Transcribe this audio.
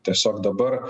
tiesiog dabar